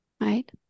right